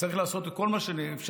צריך לעשות כל האפשר,